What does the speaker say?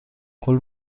قول